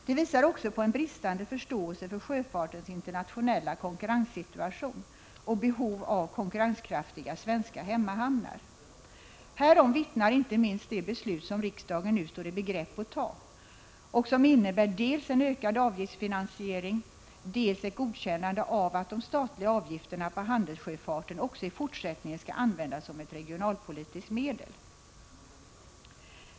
Det visar också på en bristande förståelse för sjöfartens internationella konkurrenssituation och behov av konkurrenskraftiga svenska hemmahamnar. Härom vittnar inte minst det beslut som riksdagen nu står i begrepp att fatta och som innebär dels en ökad avgiftsfinansiering, dels ett godkännande av att de statliga avgifterna på handelssjöfarten också i fortsättningen skall användas som ett regionalpolitiskt medel.